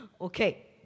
Okay